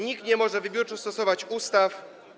Nikt nie może wybiórczo stosować ustaw.